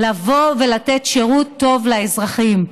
לבוא ולתת שירות טוב לאזרחים.